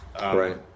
right